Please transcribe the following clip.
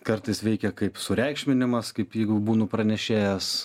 kartais veikia kaip sureikšminimas kaip jeigu būnu pranešėjas